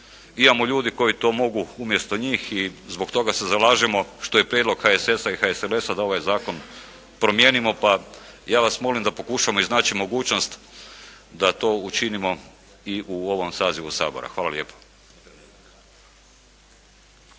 Imamo ljudi koji to mogu umjesto njih i zbog toga se zalažemo što je prijedlog HSS-a i HSLS-a da ovaj zakon promijenimo pa ja vas molim da pokušamo iznaći mogućnost da to učinimo i u ovom sazivu Sabora. Hvala lijepo.